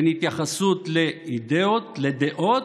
בין התייחסות לאידיאות, לדעות,